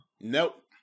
Nope